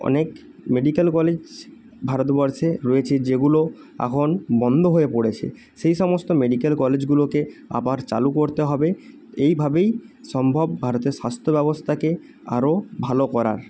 অনেক medical college ভারতবর্ষে রয়েছে যেগুলো এখন বন্ধ হয়ে পড়েছে সেই সমস্ত মেডিকেল কলেজগুলোকে আবার চালু করতে হবে এইভাবেই সম্ভব ভারতের স্বাস্থ্য ব্যবস্থাকে আরও ভালো করার